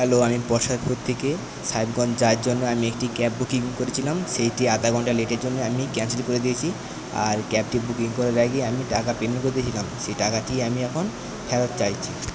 hello আমি বসাকপুর থেকে সাহেবগঞ্জ যাওয়ার জন্য আমি একটি ক্যাব বুকিং করছিলাম সেইটি আধা ঘন্টা লেটের জন্য আমি ক্যান্সেল করে দিয়েছি আর ক্যাবটি বুকিং করার আগে আমি টাকা পেমেন্ট করদিছিলাম সেই টাকাটি আমি এখন ফেরত চাইছি